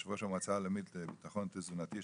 יושב ראש המועצה העולמית לביטחון תזונתי,